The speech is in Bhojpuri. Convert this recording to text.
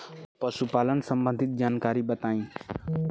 पशुपालन सबंधी जानकारी बताई?